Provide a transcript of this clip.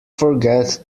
forget